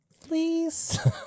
Please